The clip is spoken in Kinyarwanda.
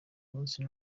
munsi